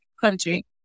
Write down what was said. country